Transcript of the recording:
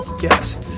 yes